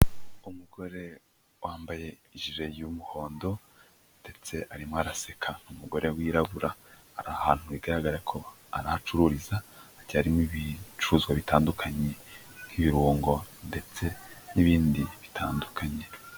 Umugore wambaye ijire y'umuhondo ndetse arimo araseka. Umugore w'umwirabura ari ahantu bigaragara ko ari aho acururiza hagiye harimo ibicuruzwa bitandukanye nk'ibirungo ndetse n'ibindi bitandukanye.